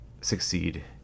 succeed